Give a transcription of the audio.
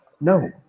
No